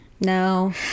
No